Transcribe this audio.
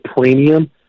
premium